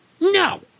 No